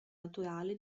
naturale